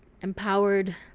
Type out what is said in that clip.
empowered